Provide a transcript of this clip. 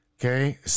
okay